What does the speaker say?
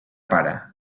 para